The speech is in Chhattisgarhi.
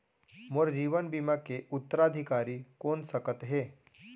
मोर जीवन बीमा के उत्तराधिकारी कोन सकत हे?